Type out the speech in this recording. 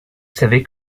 savais